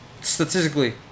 Statistically